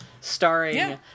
starring